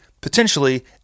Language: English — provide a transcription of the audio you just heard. potentially